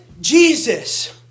Jesus